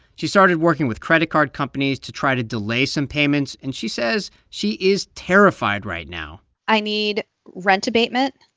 she started working with credit card companies to try to delay some payments, and she says she is terrified right now i need rent abatement.